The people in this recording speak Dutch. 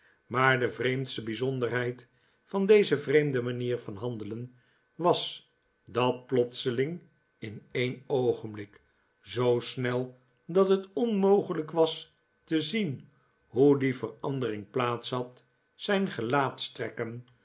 maar de vreemdste bijzonderheid van deze vreemde manier van handelen was dat plotseling in een oogenblik zoo snel dat het onmogelijk was te zien hoe die verandering plaats had zijn